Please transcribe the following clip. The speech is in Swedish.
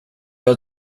jag